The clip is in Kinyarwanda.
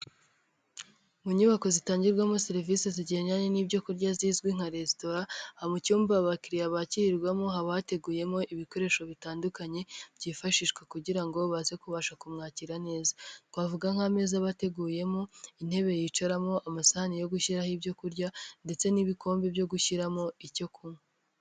Mu nyubako zitangirwamo serivisi zigendanye n'ibyo kurya zizwi nka resitora, mu cyumba abakiriya bakirirwamo haba hateguyemo ibikoresho bitandukanye byifashishwa kugira ngo baze kubasha kumwakira neza. Twavuga nk'amezaza bateguyemo, intebe yicaramo, amasahani yo gushyiraho ibyo kurya, ndetse n'ibikombe byo gushyiramo icyo kunywa.